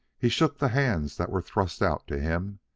he shook the hands that were thrust out to him.